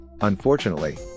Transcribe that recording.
Unfortunately